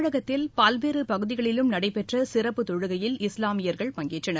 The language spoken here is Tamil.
தமிழகத்தில் பல்வேறு பகுதிகளிலும் நடைபெற்ற சிறப்பு தொழுகையில் இஸ்லாமியர்கள் பங்கேற்றனர்